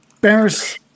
Barris